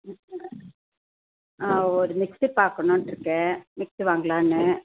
ஒரு மிக்ஸி பார்க்கணுன்ட்டு இருக்கேன் மிக்ஸி வாங்கலாம்ன்னு